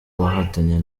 bahatanye